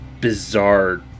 bizarre